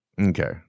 okay